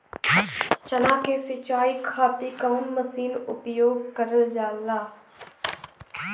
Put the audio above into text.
चना के सिंचाई खाती कवन मसीन उपयोग करल जाला?